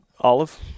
Olive